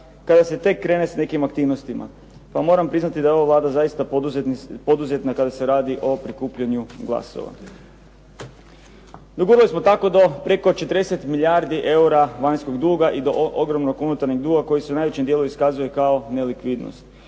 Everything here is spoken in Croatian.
kada se tek krene s nekim aktivnostima. Pa moram priznati da je ova Vlada zaista poduzetna kada se radi o prikupljanju glasova. Dogurali smo tako do preko 40 milijardi eura vanjskog duga i do ogromnog unutarnjeg duga koji se u najvećem dijelu iskazuje kao nelikvidnost.